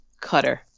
cutter